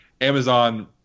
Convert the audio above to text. Amazon